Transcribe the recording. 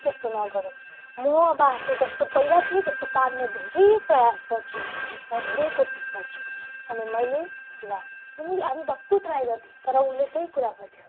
त्यस्तो नगरौँ म अब आफू जस्तो पहिला थिएँ त्यस्तो पार्ने धेरै प्रयास गर्छु म धेरै कोसिस गर्छु अनि मैले ल तिमीहरू आफै भक्कु ट्राई गर्थेँ तर उसले त्यही कुरा गर्थ्यो